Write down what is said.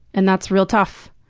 and that's real tough.